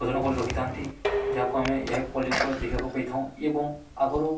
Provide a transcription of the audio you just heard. ଭୋଜନ କରି ରଖିଥାନ୍ତି ଯାହାକୁ ଆମେ ଏହା ପର୍ଯ୍ୟନ୍ତ ଦେଖିବାକୁ ପାଇଥାଉ ଏବଂ ଆଗରୁ